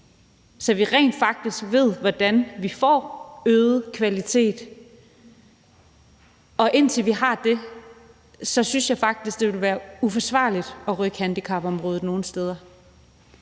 så vi rent faktisk ved, hvordan vi får øget kvalitet. Indtil vi har det, synes jeg faktisk det ville være uforsvarligt at rykke handicapområdet nogen steder